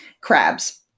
Crabs